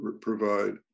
provide